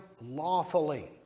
lawfully